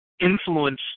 influence